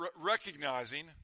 recognizing